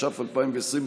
התש"ף 2020,